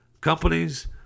companies